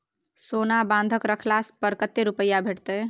सोना बंधक रखला पर कत्ते रुपिया भेटतै?